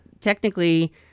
technically